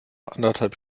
anderthalb